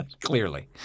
Clearly